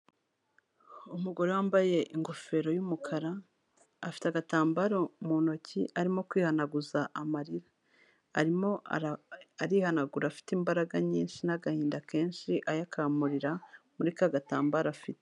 Umugore wambaye ingofero y'umukara, afite agatambaro mu ntoki arimo kwihanaguza amarira, arimo arihanagura afite imbaraga nyinshi n'agahinda kenshi ayakamurira muri ka gatambaro afite.